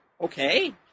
okay